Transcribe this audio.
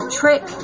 trick